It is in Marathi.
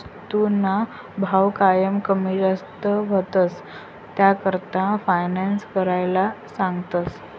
वस्तूसना भाव कायम कमी जास्त व्हतंस, त्याकरता फायनान्स कराले सांगतस